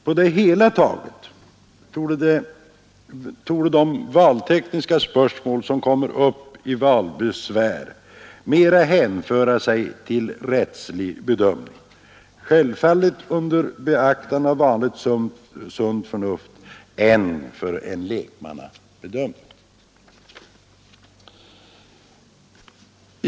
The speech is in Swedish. På det hela taget torde de valtekniska spörsmål som kommer upp i valbesvär mera hänföra sig till en rättslig bedömning — självfallet under beaktande av vanligt sunt förnuft — än för en lekmannabedömning.